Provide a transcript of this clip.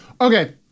Okay